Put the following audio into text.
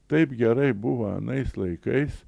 taip gerai buvo anais laikais